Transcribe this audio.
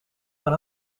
van